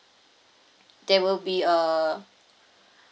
there will be a